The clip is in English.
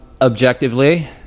objectively